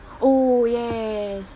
oh ya ya ya yes